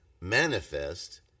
manifest